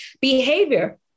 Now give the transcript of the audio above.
behavior